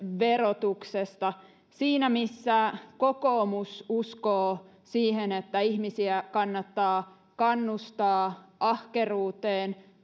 verotuksesta siinä missä kokoomus uskoo siihen että ihmisiä kannattaa kannustaa ahkeruuteen